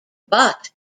but